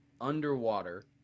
underwater